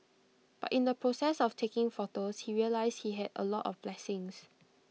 but in the process of taking photos he realised he had A lot of blessings